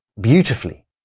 beautifully